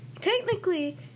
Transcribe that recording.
technically